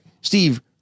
Steve